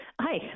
Hi